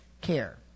care